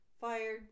Fired